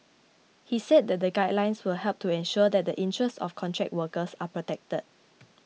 he said that the guidelines will help to ensure that the interests of contract workers are protected